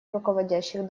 руководящих